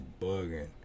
bugging